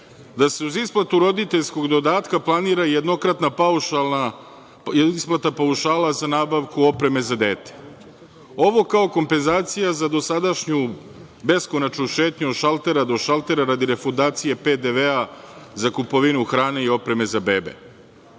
da se uz isplatu roditeljskog dodatka planira jednokratna isplata paušala za nabavku opreme za dete, ovo kao kompenzacija za dosadašnju beskonačnu šetnju od šaltera do šaltera radi refundacije PDV-a za kupovinu hrane i opreme za bebe.